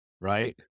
right